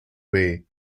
way